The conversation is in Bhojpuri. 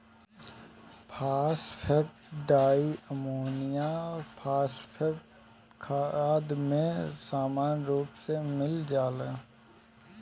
फॉस्फेट डाईअमोनियम फॉस्फेट खाद में सामान्य रूप से मिल जाला